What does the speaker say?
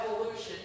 evolution